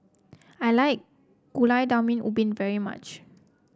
I like Gulai Daun Ubi very much